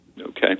okay